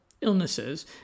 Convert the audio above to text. illnesses